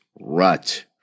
rut